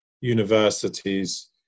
universities